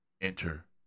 enter